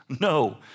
No